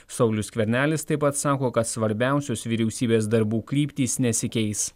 saulius skvernelis taip pat sako kad svarbiausios vyriausybės darbų kryptys nesikeis